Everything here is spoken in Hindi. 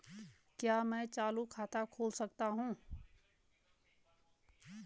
क्या मैं चालू खाता खोल सकता हूँ?